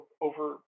over